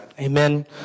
Amen